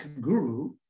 guru